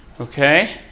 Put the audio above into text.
Okay